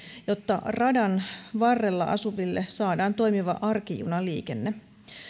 jotta radan varrella asuville saadaan toimiva arkijunaliikenne